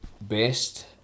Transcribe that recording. best